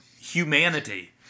humanity